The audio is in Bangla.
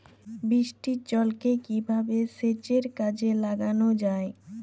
বৃষ্টির জলকে কিভাবে সেচের কাজে লাগানো যায়?